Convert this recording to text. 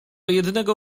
jednego